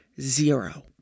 zero